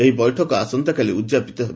ଏହି ବୈଠକ ଆସନ୍ତାକାଲି ଉଦ୍ଯାପିତ ହେବ